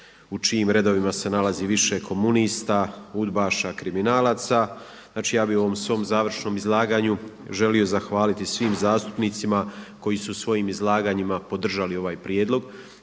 u čijim redovima se nalazi više komunista, udbaša, kriminalaca. Znači ja bi u ovom svom završnom izlaganju želio zahvaliti svim zastupnicima koji su svojim izlaganjima podržali ovaj prijedlog.